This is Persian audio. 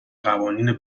قوانین